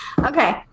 Okay